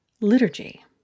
liturgy